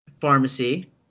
pharmacy